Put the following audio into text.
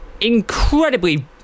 incredibly